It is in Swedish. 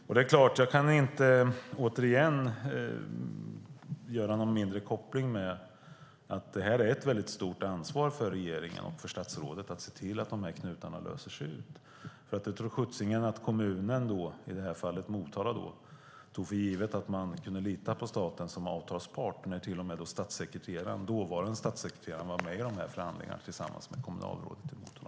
Jag kan, återigen, inte göra någon mindre koppling än att det är ett stort ansvar för regeringen och för statsrådet att se till att knutarna löses upp. Tro sjuttsingen att kommunen - i det här fallet Motala - tog för givet att man kunde lita på staten som avtalspart när till och med den dåvarande statssekreteraren var med i förhandlingarna tillsammans med kommunalrådet i Motala.